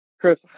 Chris